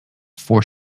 for